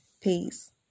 Peace